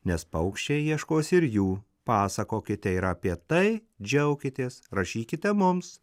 nes paukščiai ieškos ir jų pasakokite ir apie tai džiaukitės rašykite mums